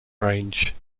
range